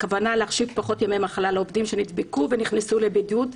הכוונה להחשיב פחות ימי מחלה לעובדים שנדבקו ונכנסו לבידוד.